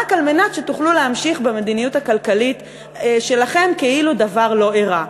רק על מנת שתוכלו להמשיך במדיניות הכלכלית שלכם כאילו דבר לא אירע.